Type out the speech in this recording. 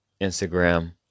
Instagram